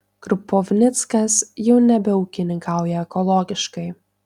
krupovnickas jau nebeūkininkauja ekologiškai